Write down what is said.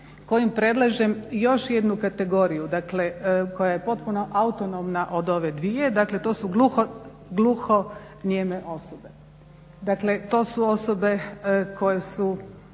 kojim predlažem još jednu kategoriju koja je potpuno autonomna od ove dvije, dakle to su gluhonijeme osobe. Dakle to su osobe koje su